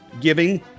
giving